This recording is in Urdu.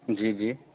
جی جی